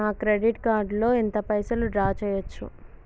నా credit card లో ఎంత పైసల్ డ్రా చేయచ్చు?